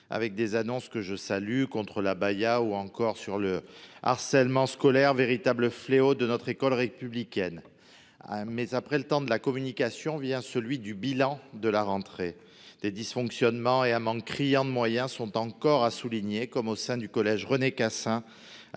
avec des annonces que je salue sur l’abaya ou encore sur le harcèlement scolaire, véritables fléaux pour notre école républicaine. Cependant, après le temps de la communication vient celui du bilan de la rentrée. Des dysfonctionnements et un manque criant de moyens sont encore à souligner, comme au collège René-Cassin,